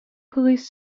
police